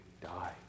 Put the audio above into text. die